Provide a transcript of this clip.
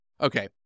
Okay